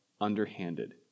underhanded